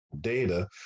data